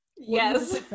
Yes